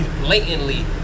Blatantly